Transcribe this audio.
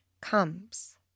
comes